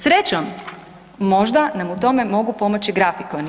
Srećom možda nam u tome mogu pomoći grafikoni.